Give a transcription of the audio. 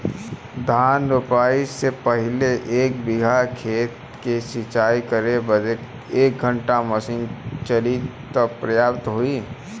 धान रोपाई से पहिले एक बिघा खेत के सिंचाई करे बदे क घंटा मशीन चली तू पर्याप्त होई?